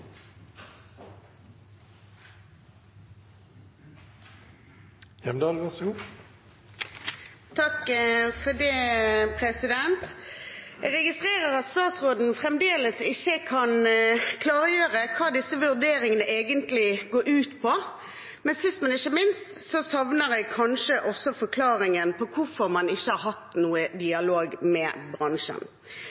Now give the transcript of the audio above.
Jeg registrerer at statsråden fremdeles ikke kan klargjøre hva disse vurderingene går ut på. Sist, men ikke minst, savner jeg også forklaringen på hvorfor man ikke har hatt